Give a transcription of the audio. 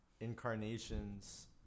incarnations